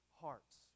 hearts